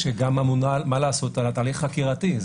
שגם אמונה על התהליך החקירתי.